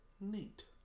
Neat